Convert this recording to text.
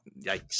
Yikes